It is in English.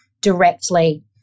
directly